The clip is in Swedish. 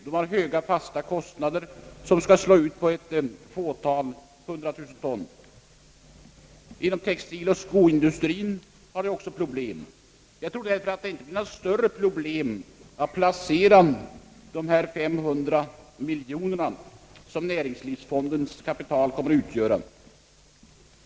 De har höga fasta kostnader, som skall slås ut på en produktion av ett fåtal hundra tusen ton. Också inom textilindustrien och skoindustrien förekommer problem. Jag tror därför inte att det är några större svårigheter att placera de 500 miljoner kronor som näringslivsfonden föreslås komma att omfatta.